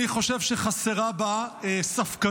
אני חושב שחסרה בה ספקנות.